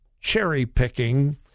cherry-picking